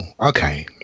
okay